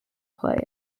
play